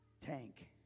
tank